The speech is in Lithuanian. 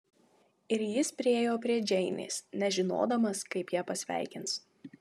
ir jis priėjo prie džeinės nežinodamas kaip ją pasveikins